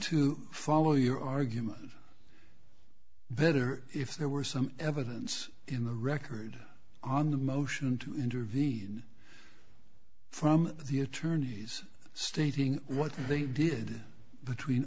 to follow your argument better if there were some evidence in the record on the motion to intervene from the attorneys stating what they did between